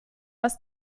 was